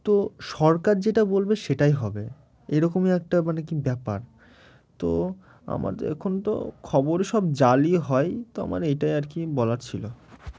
তো সরকার যেটা বলবে সেটাই হবে এরকমই একটা মানে কি ব্যাপার তো আমাদের এখন তো খবর সব জালি হয় তো আমার এটাই আর কি বলার ছিল